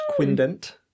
quindent